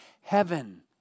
heaven